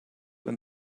when